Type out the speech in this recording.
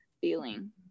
feeling